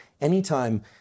anytime